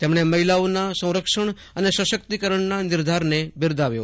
તેમણે મહિલાઓના સંરક્ષણ અને સશક્તિકરણના નિર્ધારને બિરદાવ્યો